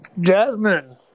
Jasmine